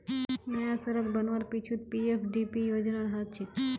नया सड़क बनवार पीछू पीएफडीपी योजनार हाथ छेक